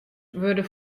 wurde